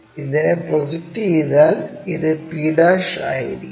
ഇതിനെ പ്രോജക്ട് ചെയ്താൽ ഇത് p' ആയിരിക്കും